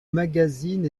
magazine